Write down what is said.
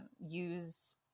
use